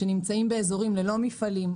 שנמצאים באזורים ללא מפעלים,